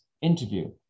interview